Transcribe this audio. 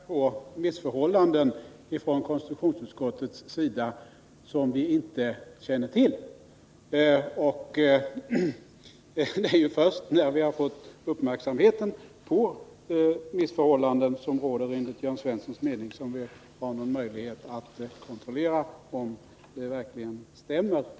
Fru talman! Till Jörn Svensson vill jag bara säga att vi ju inte från konstitutionsutskottets sida kan anmärka på missförhållanden som vi inte känner till. Det är först när vi fått uppmärksamheten på missförhållanden som råder enligt Jörn Svenssons mening som vi har någon möjlighet att kontrollera om det han säger verkligen stämmer.